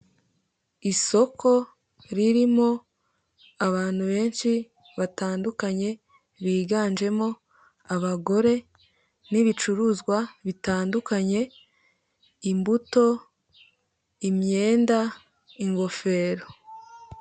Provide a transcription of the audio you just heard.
Isoko ririmo abantu benshi batandukanye, biganjemo abagore n'ibicuruzwa bitandukanye imbuto, imyenda, ingofero.